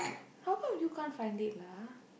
how come you can't find it lah